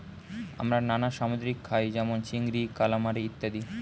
আমরা নানা সামুদ্রিক খাই যেমন চিংড়ি, কালামারী ইত্যাদি